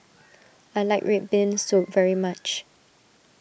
I like Red Bean Soup very much